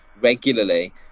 regularly